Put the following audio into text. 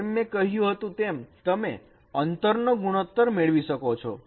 જેમ મેં કહ્યું તેમ તમે અંતર નો ગુણોત્તર મેળવી શકો છો